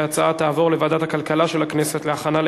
התשע"ב 2012, לוועדת הכלכלה נתקבלה.